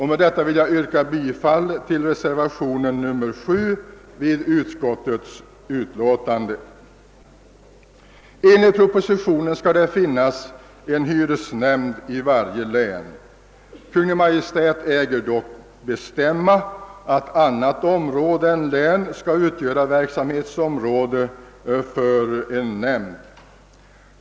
Med dessa ord vill jag yrka bifall till reservationen VII vid moment H i utskottets hemställan. Enligt propositionen skall det finnas en hyresnämnd i varje län. Kungl. Maj:t äger dock bestämma att annat område än län skall utgöra verksamhetsområde för en nämnd.